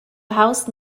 house